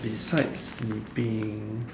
besides sleeping